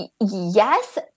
Yes